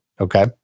Okay